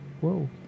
whoa